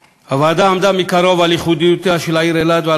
הוועדה עמדה מקרוב על ייחודיותה של העיר אילת ועל